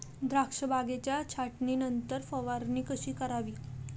द्राक्ष बागेच्या छाटणीनंतर फवारणी कशी करावी?